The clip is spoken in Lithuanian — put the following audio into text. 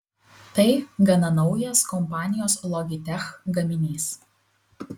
tai gana naujas kompanijos logitech gaminys